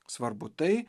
svarbu tai